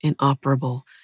inoperable